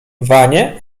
wanie